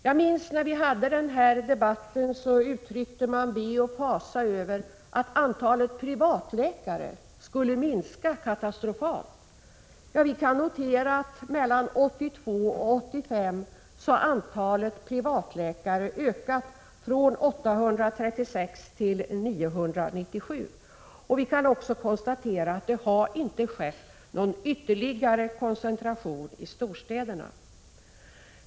Jag minns att när vi hade den här debatten, uttrycktes det ve och fasa över att antalet privatläkare skulle minska katastrofalt. Vi kan notera att mellan 1982 och 1985 ökade antalet privatläkare från 836 till 997. Vi kan också konstatera att det inte har skett någon ytterligare koncentration i storstäderna.